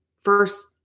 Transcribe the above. first